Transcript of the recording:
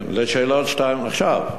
עכשיו.